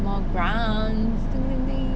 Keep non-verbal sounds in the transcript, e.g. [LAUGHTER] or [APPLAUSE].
more grants [NOISE] [NOISE] [NOISE]